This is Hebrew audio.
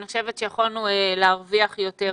אני חושבת שיכולנו להרוויח יותר.